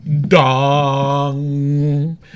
dong